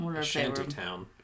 shantytown